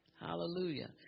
Hallelujah